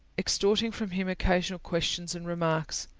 extorting from him occasional questions and remarks.